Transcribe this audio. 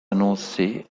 annoncés